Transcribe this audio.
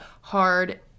hard